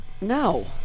No